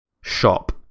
shop